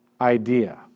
idea